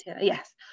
Yes